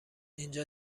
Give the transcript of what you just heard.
اینجا